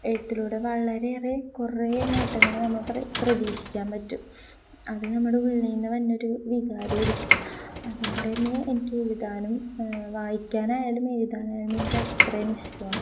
എഴുത്തിലൂടെ വളരെയേറെ കുറേ നേട്ടങ്ങള് നമുക്ക് പ്രതീക്ഷിക്കാൻ പറ്റും അത് നമ്മുടെ ഉള്ളില്നിന്ന് വരുന്നൊരു വികാരമായിരിക്കും അതുകൊണ്ടുതന്നെ എനിക്ക് എഴുതാനും വായിക്കാനായാലും എഴുതാനായാലും എനിക്കത്രയും ഇഷ്ടമാണ്